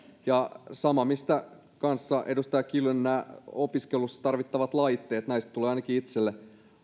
sama mistä kanssa edustaja kiljunen puhui nämä opiskelussa tarvittavat laitteet näistä tulee ainakin itselleni